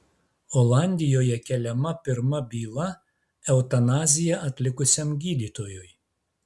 olandijoje keliama pirma byla eutanaziją atlikusiam gydytojui